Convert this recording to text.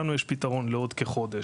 לנו יש פתרון לעוד כחוש.